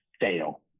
fail